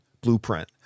blueprint